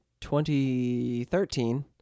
2013